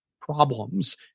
problems